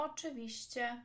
Oczywiście